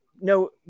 No